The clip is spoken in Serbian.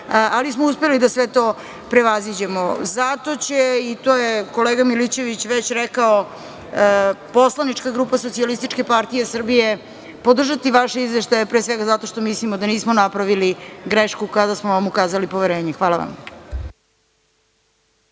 ali smo uspeli da sve to prevaziđemo. To je kolega Milićević već rekao, poslanička grupa SPS podržaće vaše izveštaje, pre svega zato što mislimo da nismo napravili grešku kada smo vam ukazali poverenje. Hvala vam.